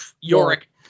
Yorick